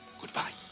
goodbye.